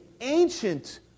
ancient